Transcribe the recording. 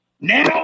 Now